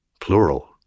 Plural